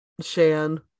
Shan